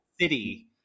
city